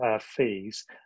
fees